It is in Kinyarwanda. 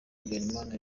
habyarimana